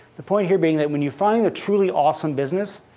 the point here being that when you find a truly awesome business,